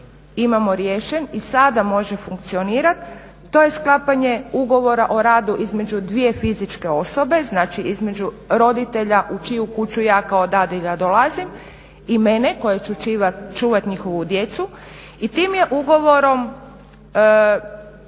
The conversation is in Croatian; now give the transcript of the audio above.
imamo riješeno i sada može funkcionirat. To je sklapanje ugovora o radu između dvije fizičke osobe, znači između roditelja u čiju kuću ja kao dadilja dolazim i mene koja ću čuvati njihovu djecu i tim je ugovorom